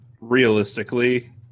realistically